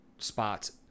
spots